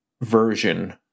version